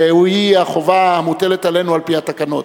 שהיא החובה המוטלת עלינו על-פי התקנות.